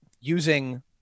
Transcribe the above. using